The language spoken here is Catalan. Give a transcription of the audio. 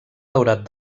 daurat